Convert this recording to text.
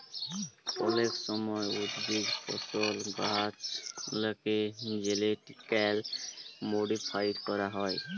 অলেক সময় উদ্ভিদ, ফসল, গাহাচলাকে জেলেটিক্যালি মডিফাইড ক্যরা হয়